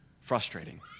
frustrating